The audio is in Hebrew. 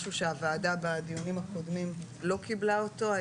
משהו שהוועדה בדיונים הקודמים לא קיבלה אותו.